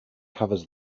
covers